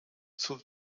zur